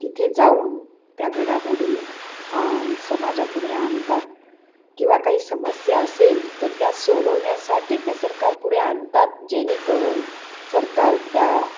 तिथे जाऊन त्या घडामोडी समाजापुढे आणतात किंवा काही समस्या असेल तर त्या सोडवण्या्साठी ते सरकार पुढे आणतात जेणेकरून सरकार त्या